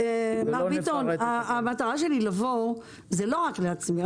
מר ביטון, המטרה שלי לבוא זה לא רק לעצמי.